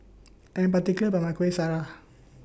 I Am particular about My Kuih Syara